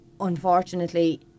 Unfortunately